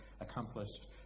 accomplished